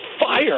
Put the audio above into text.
fire